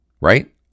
right